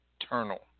eternal